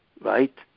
right